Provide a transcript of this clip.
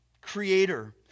creator